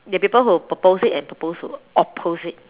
that people who propose it and propose to oppose it